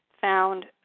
found